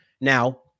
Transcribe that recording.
Now